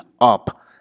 up